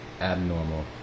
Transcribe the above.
abnormal